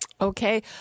Okay